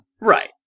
Right